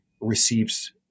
receives